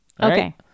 Okay